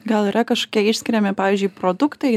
gal yra kažkokie išskiriami pavyzdžiui produktai